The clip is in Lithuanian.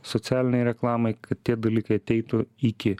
socialinei reklamai kad tie dalykai ateitų iki